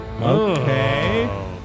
Okay